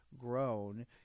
Grown